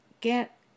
get